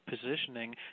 positioning